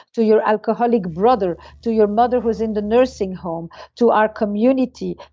to your alcoholic brother, to your mother who's in the nursing home to our community,